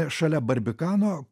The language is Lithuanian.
šalia barbikano